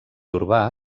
urbà